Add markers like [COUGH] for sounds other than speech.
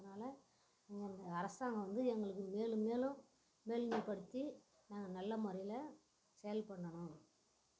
அதனால் [UNINTELLIGIBLE] அரசாங்கம் வந்து எங்களுக்கு மேலும் மேலும் மேல்நிமைப்படுத்தி நாங்கள் நல்ல முறைல செயல்படணும்